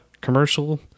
commercial